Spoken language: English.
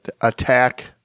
attack